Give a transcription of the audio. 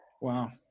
Wow